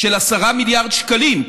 של 10 מיליארד שקלים,